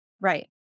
Right